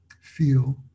feel